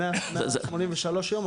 זה 183 יום,